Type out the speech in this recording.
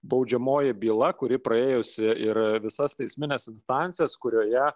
baudžiamoji byla kuri praėjusi ir visas teismines instancijas kurioje